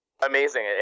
amazing